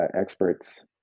experts